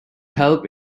help